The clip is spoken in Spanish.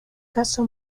caso